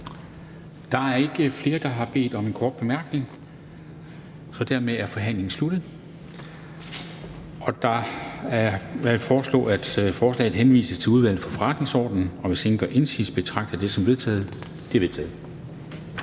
Der er ikke flere, der har bedt om en kort bemærkning. Dermed er forhandlingen sluttet. Jeg foreslår, at forslaget til folketingsbeslutning henvises til Udvalget for Forretningsordenen, og hvis ingen gør indsigelse, betragter jeg det som vedtaget. Det er vedtaget.